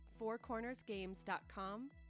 fourcornersgames.com